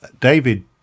David